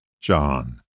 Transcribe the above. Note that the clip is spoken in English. John